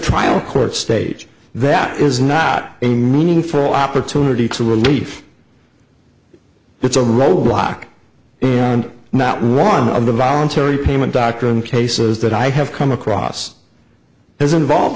trial court stage that is not a meaningful opportunity to relief it's a roadblock and not one of the voluntary payment doctrine cases that i have come across this involved